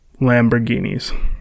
Lamborghinis